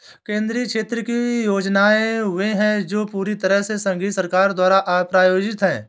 केंद्रीय क्षेत्र की योजनाएं वे है जो पूरी तरह से संघीय सरकार द्वारा प्रायोजित है